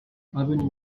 avenue